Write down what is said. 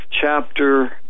chapter